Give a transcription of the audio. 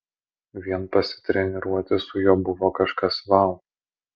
vien pasitreniruoti su juo buvo kažkas vau